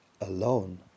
alone